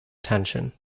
tension